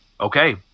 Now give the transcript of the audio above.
okay